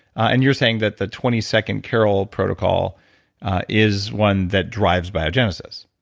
and you're saying that the twenty second car o l protocol is one that drives biogenesis?